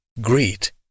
greet